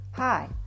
Hi